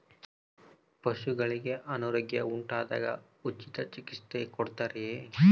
ಪಶುಗಳಿಗೆ ಅನಾರೋಗ್ಯ ಉಂಟಾದಾಗ ಉಚಿತ ಚಿಕಿತ್ಸೆ ಕೊಡುತ್ತಾರೆಯೇ?